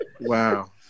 Wow